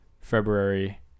February